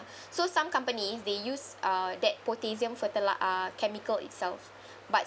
so some companies they use uh that potassium fertili~ uh chemical itself but